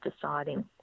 deciding